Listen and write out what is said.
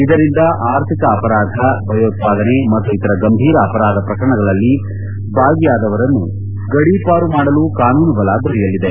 ಇದರಿಂದ ಆರ್ಥಿಕ ಅಪರಾಧ ಭಯೋತ್ವಾದನೆ ಮತ್ತು ಇತರ ಗಂಭೀರ ಅಪರಾಧ ಪ್ರಕರಣಗಳಲ್ಲಿ ಭಾಗಿಯಾದವರ ಗಡಿಪಾರು ಮಾಡಲು ಕಾನೂನು ಬಲ ದೊರೆಯಲಿದೆ